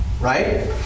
Right